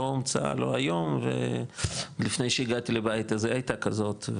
לא המצאה לא היום ולפני שהגעתי לבית הזה היא הייתה כזאת,